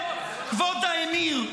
כבוד האמיר,